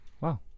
Wow